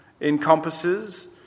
encompasses